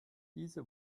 diese